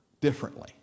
differently